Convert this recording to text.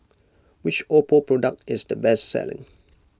which Oppo product is the best selling